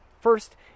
First